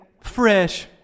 Fresh